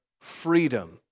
freedom